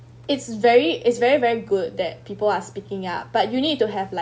it's very it's very very good that people are speaking ya but you need to have like